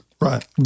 Right